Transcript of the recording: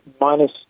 minus